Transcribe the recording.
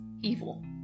evil